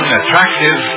attractive